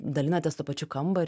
dalinatės tuo pačiu kambariu